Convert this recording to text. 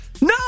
no